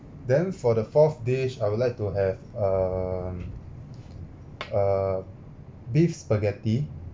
then for the fourth dish I would like to have um err beef spaghetti